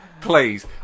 please